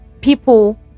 people